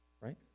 right